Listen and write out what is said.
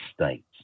States